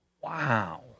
Wow